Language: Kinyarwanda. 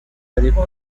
ariko